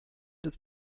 des